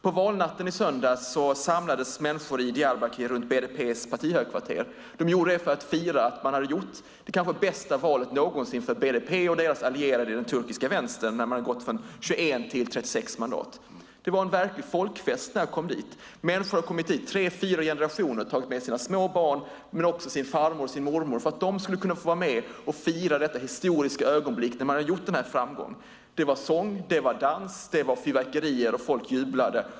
På valnatten i söndags samlades människor i Diyarbakir runt BDP:s partihögkvarter. De gjorde det för att fira att BDP och deras allierade i den turkiska vänstern hade gjort det kanske bästa valet någonsin när man hade gått från 21 mandat till 36. Det var en verklig folkfest när jag kom dit. Människor hade kommit i tre fyra generationer, tagit med sina små barn men också farmor och mormor för att de skulle kunna få vara med och fira detta historiska ögonblick när man hade nått denna framgång. Det var sång, det var dans, det var fyrverkerier och folk jublade.